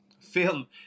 film